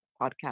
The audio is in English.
podcast